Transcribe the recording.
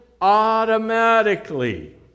automatically